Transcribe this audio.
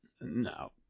no